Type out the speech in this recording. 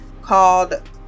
called